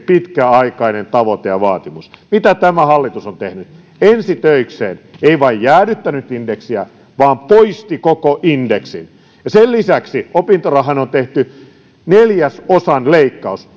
pitkäaikainen tavoite ja vaatimus mitä tämä hallitus on tehnyt ensi töikseen se ei vain jäädyttänyt indeksiä vaan poisti koko indeksin ja sen lisäksi opintorahaan on tehty neljäsosan leikkaus